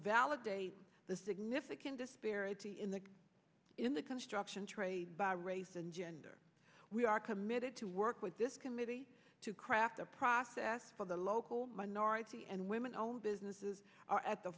validate the significant disparity in the in the construction trade by race and gender we are committed to work with this committee to craft a process for the local minority and women owned businesses are at the